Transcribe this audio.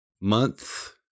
month